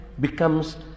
becomes